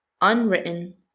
Unwritten